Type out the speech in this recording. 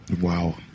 Wow